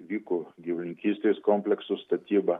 vyko gyvulininkystės komplekso statyba